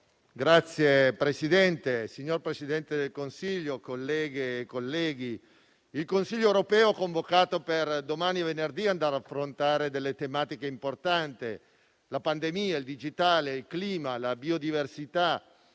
*(L-SP-PSd'Az)*. Signor Presidente del Consiglio, colleghe e colleghi, il Consiglio europeo convocato per domani e venerdì andrà ad affrontare delle tematiche importanti: la pandemia, il digitale, il clima, la biodiversità,